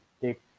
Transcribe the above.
take